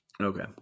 Okay